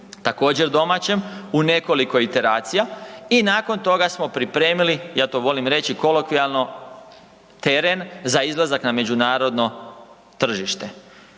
također domaćem, u nekoliko interacija i nakon toga smo pripremili, ja to volim reći kolokvijalno, teren za izlazak na međunarodno tržište.